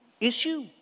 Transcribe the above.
Issue